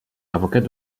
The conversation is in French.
avocat